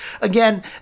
Again